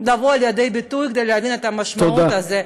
לבוא לידי ביטוי כדי לעגן את המשמעות הזאת.